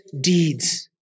deeds